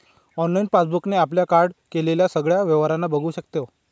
online passbook ने आपल्या card केलेल्या सगळ्या व्यवहारांना बघू शकतो